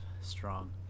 strong